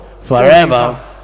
forever